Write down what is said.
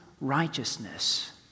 righteousness